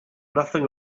nothing